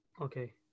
Okay